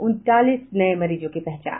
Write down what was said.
उनतालीस नये मरीजों की पहचान